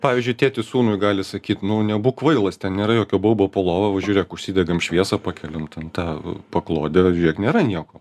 pavyzdžiui tėtis sūnui gali sakyt nu nebūk kvailas ten nėra jokio baubo po lova va žiūrėk užsidegam šviesą pakeliam ten tą paklodę žiūrėk nėra nieko